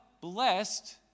blessed